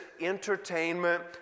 entertainment